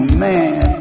man